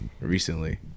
recently